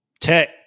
Tech